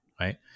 right